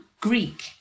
Greek